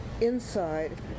Inside